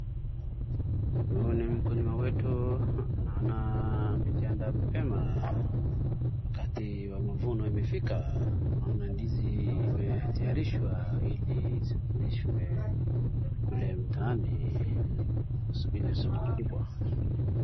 Naona mkulima wetu amejiandaa mapema. Wakati wa mavuno imefika naona ndizi imetayarishwa hili isafirishwe kule mtaani kusubiri soko kubwa.